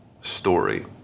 story